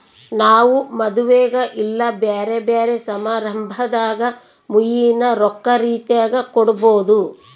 ನಾವು ಮದುವೆಗ ಇಲ್ಲ ಬ್ಯೆರೆ ಬ್ಯೆರೆ ಸಮಾರಂಭದಾಗ ಮುಯ್ಯಿನ ರೊಕ್ಕ ರೀತೆಗ ಕೊಡಬೊದು